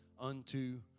unto